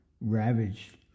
ravaged